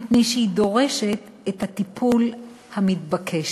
מפני שהיא דורשת את הטיפול המתבקש.